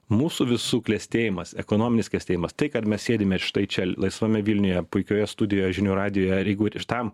mūsų visų klestėjimas ekonominis klestėjimas tai kad mes sėdime štai čia laisvame vilniuje puikioje studijoje žinių radijuje ar jeigu ir tam